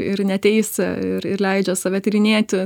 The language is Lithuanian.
ir neteisia ir ir leidžia save tyrinėti